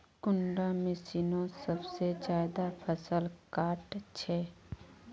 कुंडा मशीनोत सबसे ज्यादा फसल काट छै?